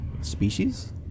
Species